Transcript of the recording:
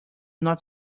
not